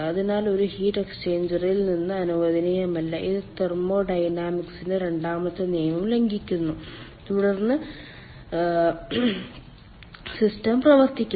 അതിനാൽ ഒരു ഹീറ്റ് എക്സ്ചേഞ്ചറിൽ ഇത് അനുവദനീയമല്ല ഇത് തെർമോഡൈനാമിക്സിന്റെ രണ്ടാമത്തെ നിയമം ലംഘിക്കുന്നു തുടർന്ന് സിസ്റ്റം പ്രവർത്തിക്കില്ല